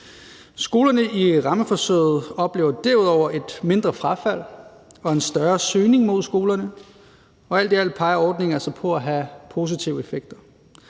Skolerne i rammeforsøget oplever derudover et mindre frafald og en større søgning. Alt i alt peger det på, at ordningen altså har positive effekter.